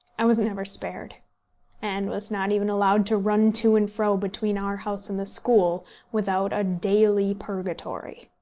i was never spared and was not even allowed to run to and fro between our house and the school without a daily purgatory.